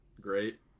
great